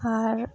ᱟᱨ